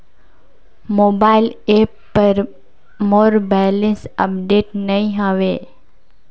mobile app पर मोर balance update नई हवे